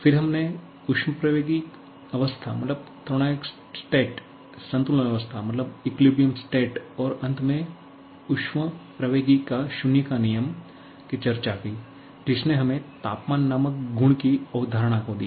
फिर हमने ऊष्मप्रवैगिकी अवस्था संतुलन अवस्था और अंत में ऊष्मप्रवैगिकी का शून्य का नियम की चर्चा की जिसने हमें तापमान नामक गुण की अवधारणा को दिया